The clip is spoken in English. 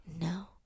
no